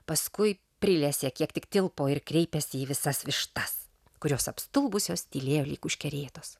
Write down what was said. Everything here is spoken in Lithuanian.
paskui prilesė kiek tik tilpo ir kreipėsi į visas vištas kurios apstulbusios tylėjo lyg užkerėtos